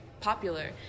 popular